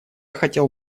хотел